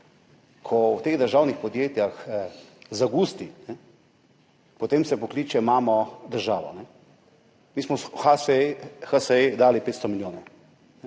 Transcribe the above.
ko v teh državnih podjetjih zagusti, potem se pokliče mamo državo. Mi smo HSE dali 500 milijonov.